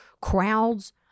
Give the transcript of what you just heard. Crowds